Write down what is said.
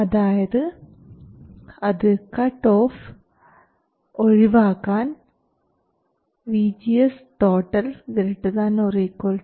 അതായത് അത് cut off ഒഴിവാക്കാൻ VGS ≥ VT